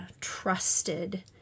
trusted